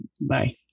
Bye